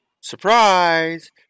Surprise